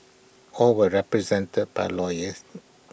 all were represented by lawyers